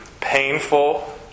painful